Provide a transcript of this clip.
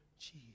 Jesus